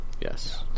Yes